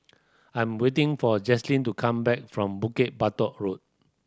I'm waiting for Jazlene to come back from Bukit Batok Road